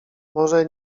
może